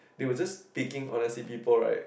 they were just peeking honestly people right